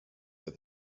that